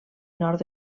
nord